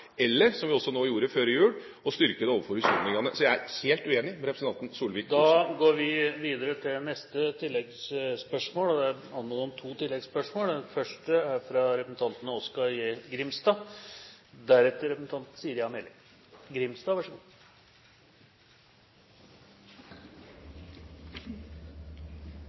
eller som vi også gjorde nå før jul, å styrke den overfor husholdningene. Så jeg er helt uenig med representanten Solvik-Olsen. Det blir tre oppfølgingsspørsmål – først Oskar J. Grimstad.